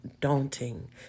daunting